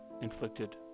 inflicted